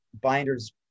binders